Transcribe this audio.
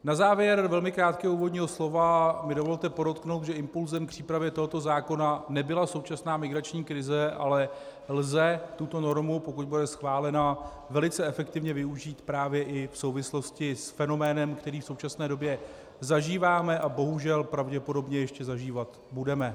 Na závěr velmi krátkého úvodního slova mi dovolte podotknout, že impulzem přípravy tohoto zákona nebyla současná migrační krize, ale lze tuto normu, pokud bude schválena, velice efektivně využít právě i v souvislosti s fenoménem, který v současné době zažíváme a bohužel pravděpodobně ještě zažívat budeme.